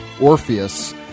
Orpheus